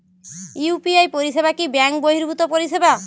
UPI পরিসেবা কি bank বর্হিভুত পরিসেবা?